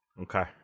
Okay